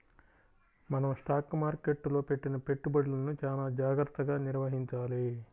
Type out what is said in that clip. మనం స్టాక్ మార్కెట్టులో పెట్టిన పెట్టుబడులను చానా జాగర్తగా నిర్వహించాలి